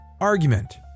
Argument